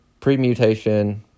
premutation